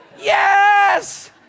yes